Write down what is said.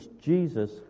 Jesus